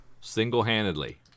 Single-handedly